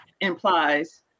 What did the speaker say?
implies